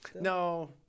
no